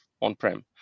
on-prem